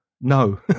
no